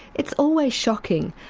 it's always shocking,